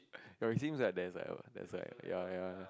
ya it seems like there's like a there's like ya ya ya